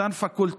אותן פקולטות,